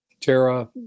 Tara